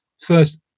first